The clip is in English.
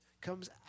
comes